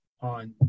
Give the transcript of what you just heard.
on